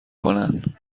کنن